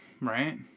right